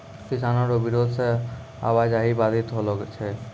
किसानो रो बिरोध से आवाजाही बाधित होलो छै